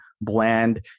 bland